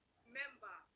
remember